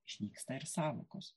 išnyksta ir sąvokos